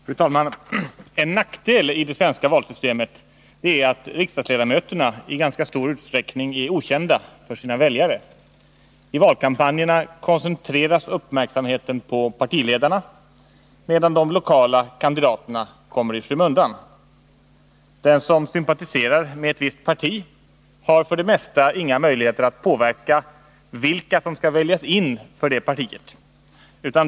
Fru talman! En nackdel i det svenska valsystemet är att riksdagsledamöterna i ganska stor utsträckning är okända för sina väljare. I valkampanjerna koncentreras uppmärksamheten på partiledarna, medan de lokala kandidaterna kommer i skymundan. Den som sympatiserar med ett visst parti har för det mesta inga möjligheter att påverka vilka som skall väljas in i riksdagen för det partiet.